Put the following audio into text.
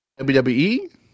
WWE